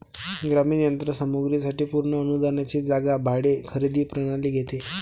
ग्रामीण यंत्र सामग्री साठी पूर्ण अनुदानाची जागा भाडे खरेदी प्रणाली घेते